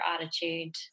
attitude